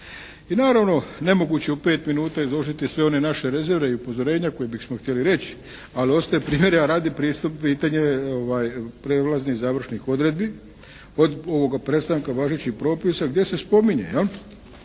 I naravno nemoguće je u 5 minuta izložiti sve one naše rezerve i upozorenja koje bismo htjeli reći, ali ostaje primjera radi pitanje prijelaznih i završnih odredbi, od prestanka važećih propisa gdje se spominje